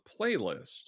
playlist